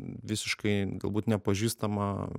visiškai galbūt nepažįstama